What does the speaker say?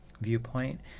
viewpoint